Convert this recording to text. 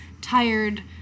tired